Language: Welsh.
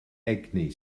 egni